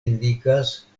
indikas